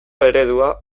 eredua